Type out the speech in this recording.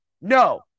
No